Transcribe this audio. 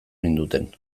ninduten